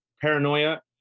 Paranoia